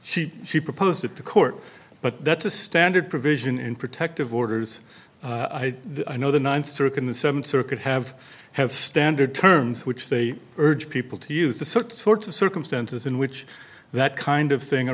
she she proposed it to court but that's a standard provision in protective orders i know the ninth circuit in the seventh circuit have have standard terms which they urge people to use the sorts of circumstances in which that kind of thing